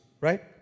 right